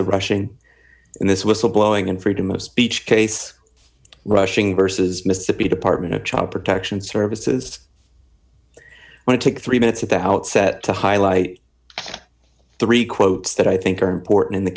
melissa rushing in this whistleblowing in freedom of speech case rushing versus mississippi department of child protection services and it took three minutes of the outset to highlight three quotes that i think are important in the